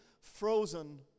frozen